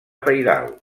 pairal